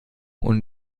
und